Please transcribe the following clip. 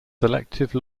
selective